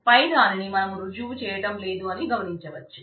పై దానిని మనం రుజువు చేయటం లేదు అని గమనించవచ్చు